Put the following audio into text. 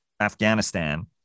Afghanistan